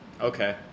Okay